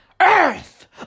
Earth